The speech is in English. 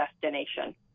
destination